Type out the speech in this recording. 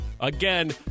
Again